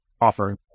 offer